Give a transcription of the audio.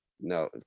No